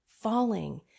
falling